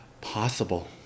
possible